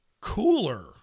cooler